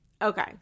Okay